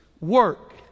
work